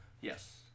Yes